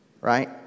right